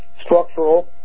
structural